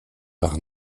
par